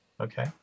okay